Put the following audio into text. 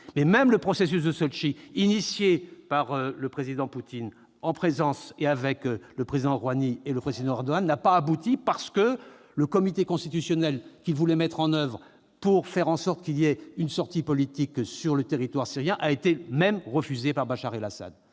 Mais même ce dernier processus, engagé par le président Poutine avec le président Rohani et le président Erdogan, n'a pas abouti parce que le comité constitutionnel qu'ils voulaient instaurer pour faire en sorte qu'il y ait une sortie politique sur le territoire syrien a même été refusé par Bachar al-Assad.